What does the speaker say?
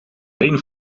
been